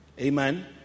Amen